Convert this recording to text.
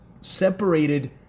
separated